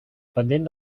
pendent